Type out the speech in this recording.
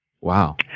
Wow